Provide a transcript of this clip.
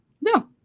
No